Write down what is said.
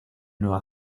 nueva